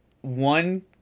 one